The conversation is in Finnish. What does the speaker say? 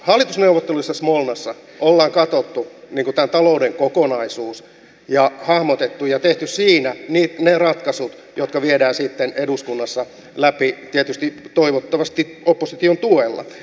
hallitusneuvotteluissa smolnassa ollaan katsottu talouden kokonaisuus ja hahmotettu ja tehty siinä ne ratkaisut jotka viedään sitten eduskunnassa läpi tietysti toivottavasti opposition tuella